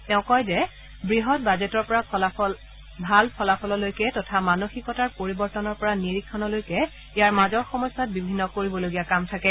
তেওঁ কয় যে বৃহৎ বাজেটৰ পৰা ভাল ফলাফললৈকে তথা মানসিকতাৰ পৰিৱৰ্তনৰ পৰা নিৰীক্ষণলৈকে ইয়াৰ মাজৰ সময়ছোৱাত বিভিন্ন কৰিবলগীয়া কাম থাকে